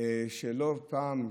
שלא פעם,